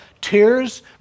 Tears